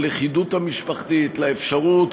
ללכידות המשפחתית, לאפשרות,